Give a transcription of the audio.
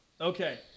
Okay